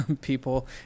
people